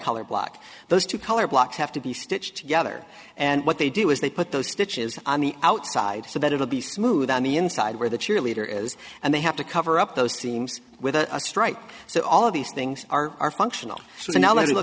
color black those two color blocks have to be stitched together and what they do is they put those stitches on the outside so that it will be smooth on the inside where the cheerleader is and they have to cover up those teams with a stripe so all of these things are functional so now l